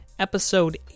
episode